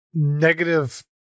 negative